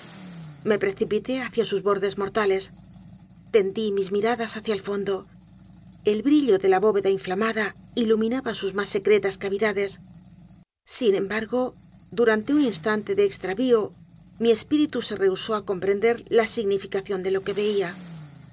me precipité hacia sus bordes mortales tendí mis miradas hacia el fondo el brillo de la bóveda inflamada iluminaba sus más secretas cavidades sin e m b a r g o d u r a n t e un instante de extravío mi espíritu se rehusó á comprender la significación de lo que veía